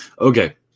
Okay